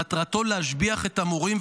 ומטרתו להשביח את המורים,